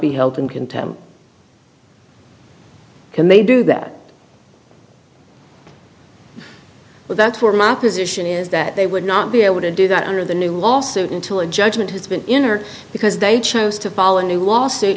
be held in contempt can they do that but that's where my position is that they would not be able to do that under the new lawsuit until a judgment has been in or because they chose to follow a new lawsuit